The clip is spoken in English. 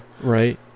right